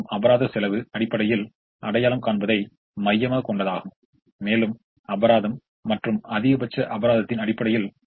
எனவே ui vj Cij அதாவது இந்த Cij என்பது 5 ஆகும் எனவே u3 v2 5 அதாவது 1 v2 5 எனவே v2 என்பது 6 ஆகும்